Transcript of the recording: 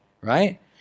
right